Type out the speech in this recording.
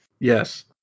Yes